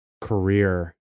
career